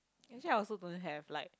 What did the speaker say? actually I also don't have like